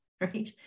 right